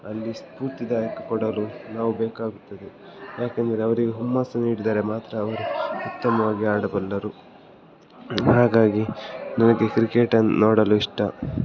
ಅಲ್ಲಿ ಸ್ಪೂರ್ತಿದಾಯಕ ಕೊಡಲು ನಾವು ಬೇಕಾಗುತ್ತದೆ ಯಾಕಂದರೆ ಅವರಿಗೆ ಹುಮ್ಮಸ್ಸು ನೀಡಿದರೆ ಮಾತ್ರ ಅವರು ಉತ್ತಮವಾಗಿ ಆಡಬಲ್ಲರು ಹಾಗಾಗಿ ನಮಗೆ ಕ್ರಿಕೆಟನ್ನು ನೋಡಲು ಇಷ್ಟ